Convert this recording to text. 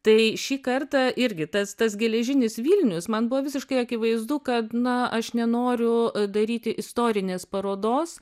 tai šį kartą irgi tas tas geležinis vilnius man buvo visiškai akivaizdu kad na aš nenoriu daryti istorinės parodos